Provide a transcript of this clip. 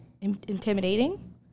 intimidating